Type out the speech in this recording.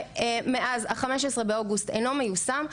שמאז ה-15 באוגוסט אינו מיושם.